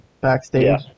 backstage